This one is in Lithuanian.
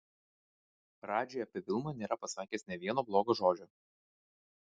radži apie vilmą nėra pasakęs nė vieno blogo žodžio